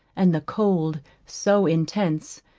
and the cold so intense,